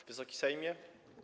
Wysoki Sejmie!